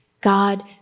God